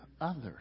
others